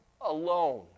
alone